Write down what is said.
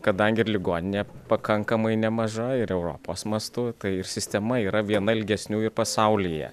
kadangi ir ligoninė pakankamai nemaža ir europos mastu tai ir sistema yra viena ilgesnių ir pasaulyje